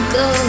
go